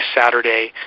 Saturday